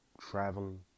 traveling